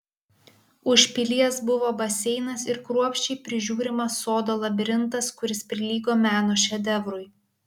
už pilies buvo baseinas ir kruopščiai prižiūrimas sodo labirintas kuris prilygo meno šedevrui